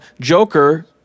Joker